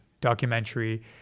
documentary